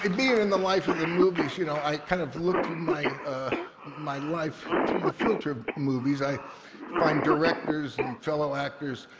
and being in the life of the movies, you know, i kind of look through my my life through the filter of movies. i find directors and fellow actors